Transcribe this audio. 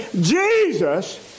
Jesus